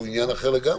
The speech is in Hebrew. עניין אחר לגמרי.